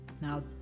Now